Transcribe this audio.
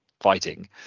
fighting